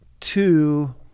two